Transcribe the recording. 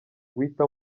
guhita